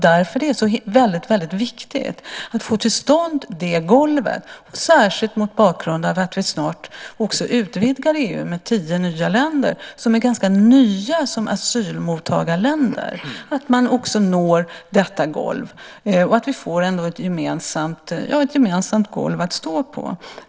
Därför är det så viktigt att få till stånd det golvet, särskilt mot bakgrund av att vi snart också utvidgar EU med tio nya länder som är ganska nya som asylmottagarländer. Det är viktigt att vi får ett gemensamt golv att stå på.